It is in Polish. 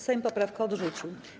Sejm poprawkę odrzucił.